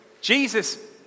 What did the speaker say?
Jesus